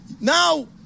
Now